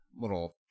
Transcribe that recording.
little